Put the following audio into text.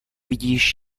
vidíš